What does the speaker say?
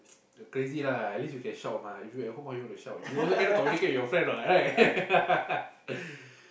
you crazy lah at least you can shout mah if you at home how you wanna shout you also cannot communicate with your friend what right